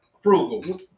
frugal